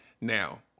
Now